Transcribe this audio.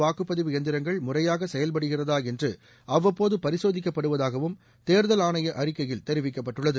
வாக்குப்பதிவு எந்திரங்கள் முறையாக செயல்படுகிறதா என்று அவ்வப்போது மின்னணு பரிசோதிக்கப்படுவதாகவும் தேர்தல் ஆணைய அறிக்கையில் தெரிவிக்கப்பட்டுள்ளது